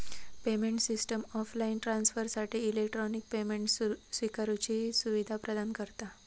payment system offline ट्रांसफरसाठी electronic payment स्विकारुची सुवीधा प्रदान करता